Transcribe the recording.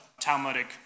Talmudic